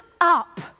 up